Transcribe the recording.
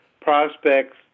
prospects